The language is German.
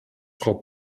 frau